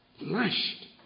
lashed